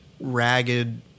ragged